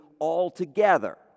altogether